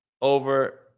over